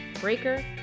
Breaker